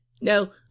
No